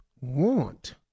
want